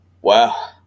Wow